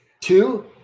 Two